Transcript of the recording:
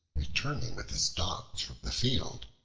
returning with his dogs from the field,